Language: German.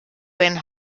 seinen